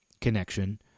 connection